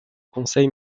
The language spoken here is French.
conseil